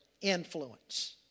influence